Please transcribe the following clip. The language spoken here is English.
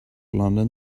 london